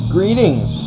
Greetings